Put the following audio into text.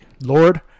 Lord